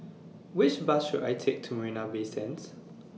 Which Bus should I Take to Marina Bay Sands